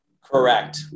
Correct